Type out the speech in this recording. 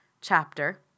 chapter